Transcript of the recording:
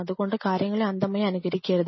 അതുകൊണ്ട് കാര്യങ്ങളെ അന്ധമായി അനുകരിക്കരുത്